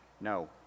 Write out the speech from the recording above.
No